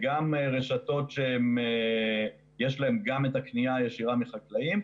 רשתות שיש להם את הקנייה הישירה מחקלאים,